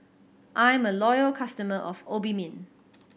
I'm a loyal customer of Obimin